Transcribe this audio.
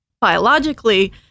biologically